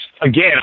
Again